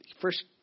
first –